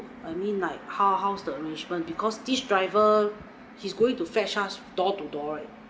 I mean like how how's the arrangement because this driver he's going to fetch us door to door